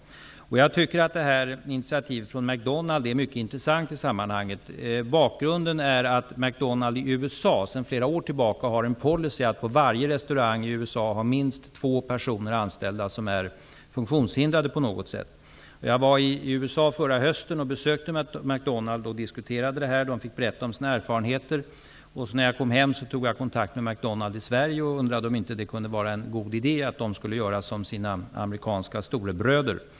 Jag tycker att initiativet från McDonald's är mycket intressant i sammanhanget. Bakgrunden är att McDonald's i USA sedan flera år tillbaka har en policy att på varje restaurang ha minst två personer anställda som är funktionshindrade på något sätt. Jag var i USA förra hösten och besökte McDonald's och diskuterade det här. De fick berätta om sina erfarenheter. När jag kom hem tog jag kontakt med McDonald's i Sverige och undrade om det inte kunde vara en god idé att de gjorde som sina amerikanska storebröder.